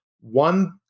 One